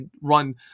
run